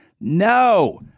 No